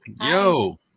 Yo